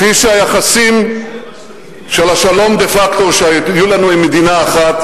כפי שהיחסים של השלום דה-פקטו שהיו לנו עם מדינה אחת,